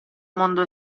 mondo